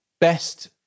best